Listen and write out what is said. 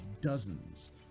dozens